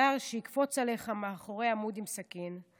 נער שיקפוץ עליך מאחורי עמוד עם סכין,